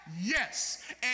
Yes